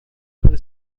para